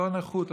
אותה נכות,